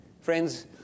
friends